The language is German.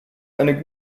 eine